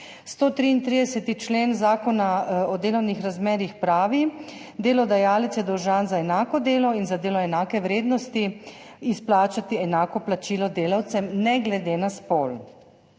133. člen Zakona o delovnih razmerjih pravi: »Delodajalec je dolžan za enako delo in za delo enake vrednosti izplačati enako plačilo delavcem ne glede na spol.«